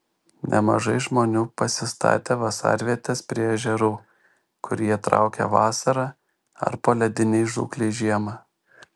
nemažai žmonių pasistatė vasarvietes prie ežerų kur jie traukia vasarą ar poledinei žūklei žiemą